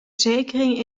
zekering